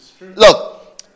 Look